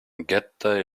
goethe